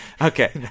Okay